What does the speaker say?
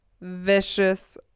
vicious